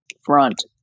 front